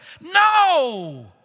No